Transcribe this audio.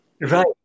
Right